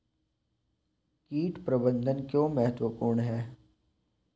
कीट प्रबंधन क्यों महत्वपूर्ण है?